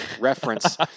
reference